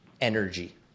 energy